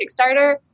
Kickstarter